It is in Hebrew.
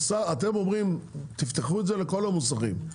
אתם אומרים: תפתחו את זה לכל המוסכים.